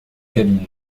cabine